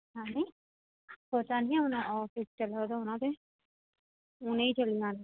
आंजी उ'नें ई ई पता निं चलना ऐ